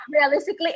realistically